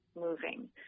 moving